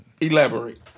Elaborate